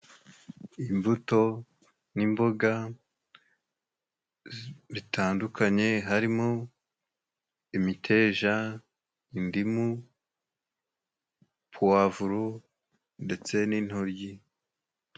Imbuto n'imboga bitandukanye harimo imiteja ,indimu, puwavuru, ndetse n'intoryi.